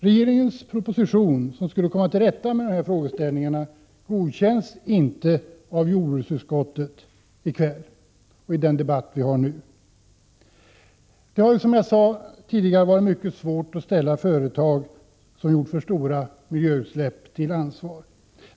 Regeringens proposition, som skulle medföra att vi kom till rätta med dessa problem, godkänns inte av jordbruksutskottet i det betänkande som vi debatterar nu i kväll. Det har, som jag sade tidigare, varit mycket svårt att ställa företag som har gjort sig skyldiga till stora miljöutsläpp till ansvar.